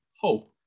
hope